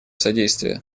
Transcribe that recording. содействие